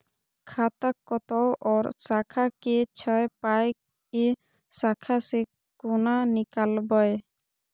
खाता कतौ और शाखा के छै पाय ऐ शाखा से कोना नीकालबै?